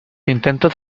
intentos